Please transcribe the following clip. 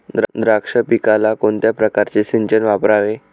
द्राक्ष पिकाला कोणत्या प्रकारचे सिंचन वापरावे?